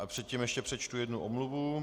Předtím ještě přečtu jednu omluvu.